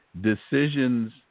decisions